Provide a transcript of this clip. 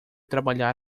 trabalhar